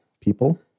people